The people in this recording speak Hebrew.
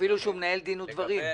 אפילו שהוא מנהל דין ודברים?